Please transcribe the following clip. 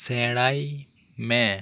ᱥᱮᱬᱟᱭ ᱢᱮ